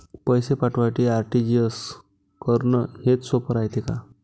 पैसे पाठवासाठी आर.टी.जी.एस करन हेच सोप रायते का?